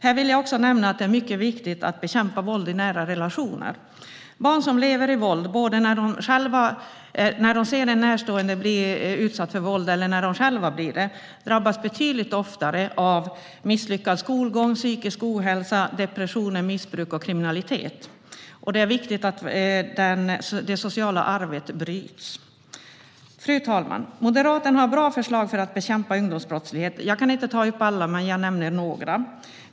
Här vill jag också nämna att det är mycket viktigt att bekämpa våld i nära relationer. Barn som lever i våld, både de som ser en närstående bli utsatt för våld och de som själva blir det, drabbas betydligt oftare av misslyckad skolgång, psykisk ohälsa, depressioner, missbruk och kriminalitet. Det är viktigt att det sociala arvet bryts. Fru talman! Moderaterna har bra förslag för att bekämpa ungdomsbrottslighet. Jag kan inte ta upp alla, men jag nämner några.